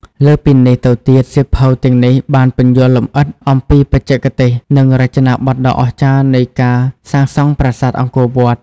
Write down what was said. លើសពីនេះទៅទៀតសៀវភៅទាំងនេះបានពន្យល់លម្អិតអំពីបច្ចេកទេស និងរចនាបថដ៏អស្ចារ្យនៃការសាងសង់ប្រាសាទអង្គរវត្ត។